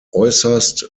äußerst